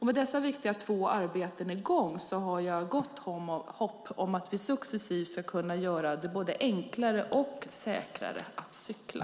Med dessa två viktiga arbeten i gång har jag gott hopp om att vi successivt ska kunna göra det både enklare och säkrare att cykla.